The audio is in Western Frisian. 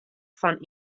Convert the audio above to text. fan